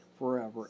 forever